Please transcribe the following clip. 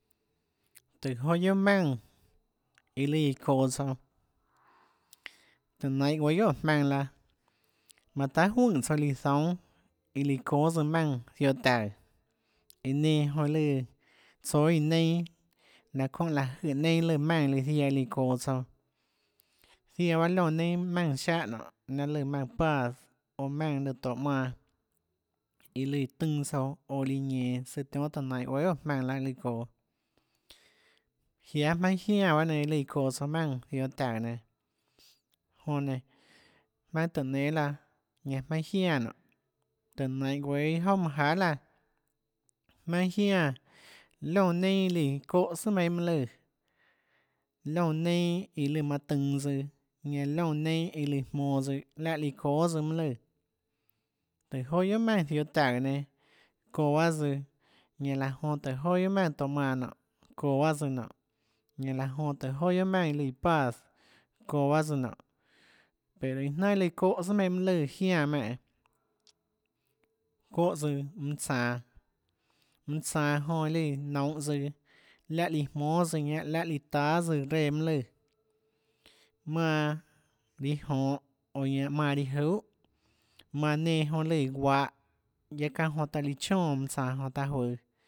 Ctl- 10- c095 1 tùhå joà guiohà jmaùnã iã lùã iã çoå tsouã tùhå nainhå guéâ guiohà óå jmaønã laã manã tahà juøè tsouã líã zoúnâ iã líã çóâ tsøã jmaùnãziohå taùå iã nenã jonã lùã tsóâ iã neinâ laã çónhã láhå jøè neinâ lùã jmaùnã lùã ziaã lùã çoå tsouã ziaã bahâ liónã neinâ jmaùnã siáhã nonê lahê lùã maùnã páãs oå maùnã lùã tohå manã iã lùã iã tønã tsouã oå lùã ñenå tsøã tionhâ tùhå nainhå guiohà óå jmaønã laã iã lùã çoå jiáâ jmaønâ jiánã bahâ nenã iã lù çoå souã maùnã ziohå taùå nenã jonã nénå jmaønâ tùhå nénâ laã jmaønâ jiánã nonê tùhå nainhå guéâ iâ jouà manã jahâ laã jmaønâ jiánã liónã neinâ iã lùã çóhã sùà meinhâ mønâ lùã liónã neinâ iã lùã manã tønã tsøã liónã neinâ iã lùã jmonå tsøã láhã líã çóâ tsøã mønâ lùã tùhå joà guiohà maùnã ziohå taùå nenã çoå bahâ tsøã ñanã láhå jonã tùhå joà guiohà maùnã tohå manã nonê çoå bahâ tsøã nonê ñanâ laã jonã guiohà maùnã iã páãs çoå bahâ tsøã nonê pero jnánhà iã lùã çohã sùà meinhã lùã jiánã menè çóhã tsøã mønã tsanå mønã tsanå jonã lùã nounhå tsøã láhã líã jmónâ tsøã ñanã láhã líã táâs reã mønâ lùã manã riã jonhå ñanã manã riã juhà manã nenã jonã lùã guahå guiaâ çánhã jonã taã líã chónã mønã tsanå joã taã juøå